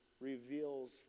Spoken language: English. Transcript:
reveals